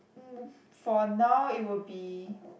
b~ for now it will be